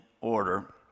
order